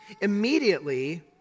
immediately